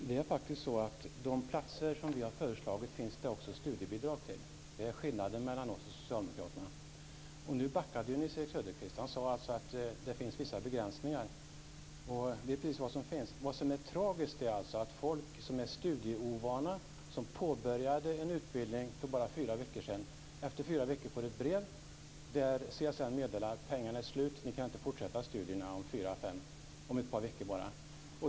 Herr talman! De platser som vi har föreslagit finns det också studiebidrag till. Det är skillnaden mellan oss och Socialdemokraterna. Nu backade Nils-Erik Söderqvist. Han sade alltså att det finns vissa begränsningar. Det är precis vad som finns. Det som är tragiskt är att folk som är studieovana och som påbörjade en utbildning för bara fyra veckor sedan nu får ett brev där CSN meddelar att pengarna är slut och att de inte kan fortsätta sina studier om bara ett par veckor.